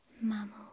mammal